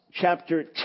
chapter